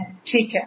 ठीक है